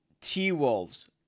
T-Wolves